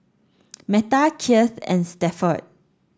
Metta Keith and Stafford